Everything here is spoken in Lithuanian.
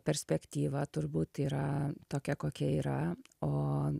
perspektyva turbūt yra tokia kokia yra o